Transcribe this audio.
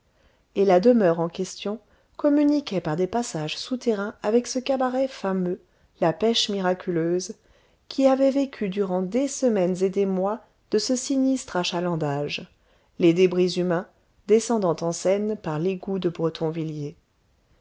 et la demeure en question communiquait par des passages souterrains avec ce cabaret fameux la pêche miraculeuse qui avait vécu durant des semaines et des mois de ce sinistre achalandage les débris humains descendant en seine par l'égout de